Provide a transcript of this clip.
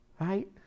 right